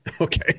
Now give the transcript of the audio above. Okay